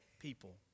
people